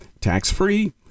tax-free